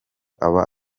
aba